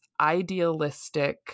idealistic